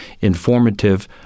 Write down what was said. informative